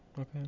Okay